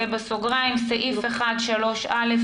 זה בסוגריים סעיף 1(3)(א),